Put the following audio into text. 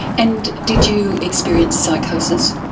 and did you experience psychosis?